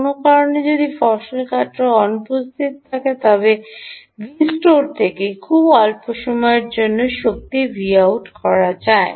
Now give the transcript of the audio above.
কোনও কারণে যদি ফসল কাটার অনুপস্থিত থাকে তবে Vstore থেকে খুব অল্প সময়ের জন্য শক্তি Voutযায়